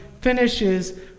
finishes